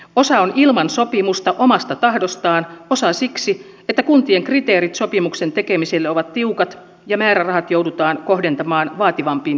osa on ilman sopimusta omasta tahdostaan osa siksi että kuntien kriteerit sopimuksen tekemiselle ovat tiukat ja määrärahat joudutaan kohdentamaan vaativampiin tilanteisiin